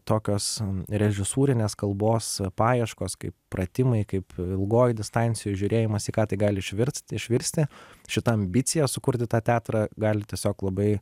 tokios režisūrinės kalbos paieškos kaip pratimai kaip ilgoj distancijoj žiūrėjimas į ką tai gali išvirst išvirsti šita ambicija sukurti tą teatrą gali tiesiog labai